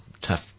tough